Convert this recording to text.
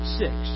six